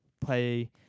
play